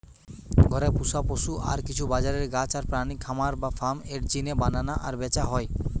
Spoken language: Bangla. ঘরে পুশা পশু আর কিছু বাজারের গাছ আর প্রাণী খামার বা ফার্ম এর জিনে বানানা আর ব্যাচা হয়